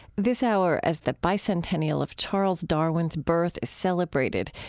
this hour, as the bicentennial of charles darwin's birth is celebrated,